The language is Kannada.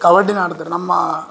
ಕಬಡ್ಡಿನ ಆಡ್ತಾರೆ ನಮ್ಮ